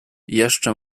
jeszcze